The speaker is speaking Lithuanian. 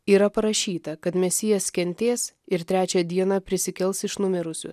yra parašyta kad mesijas kentės ir trečią dieną prisikels iš numirusių